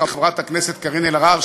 חברת הכנסת קארין אלהרר,